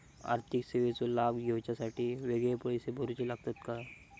आर्थिक सेवेंचो लाभ घेवच्यासाठी वेगळे पैसे भरुचे लागतत काय?